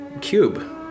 cube